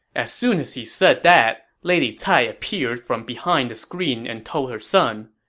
as soon as he said that, lady cai appeared from behind a screen and told her son,